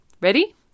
Ready